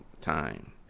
time